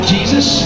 Jesus